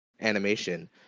animation